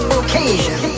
occasion